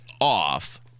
off